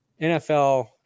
NFL